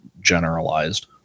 generalized